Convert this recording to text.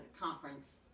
conference